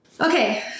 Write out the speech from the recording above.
Okay